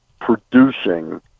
producing